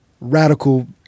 radical